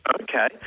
Okay